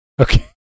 Okay